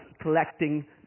collecting